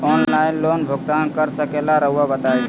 Online loan भुगतान कर सकेला राउआ बताई?